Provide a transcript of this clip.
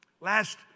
Last